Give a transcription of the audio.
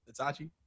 Itachi